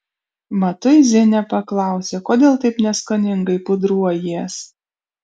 matuizienė paklausė kodėl taip neskoningai pudruojies